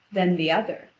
then the other,